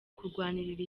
kurwanirira